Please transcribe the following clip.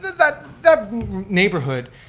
that that neighborhood,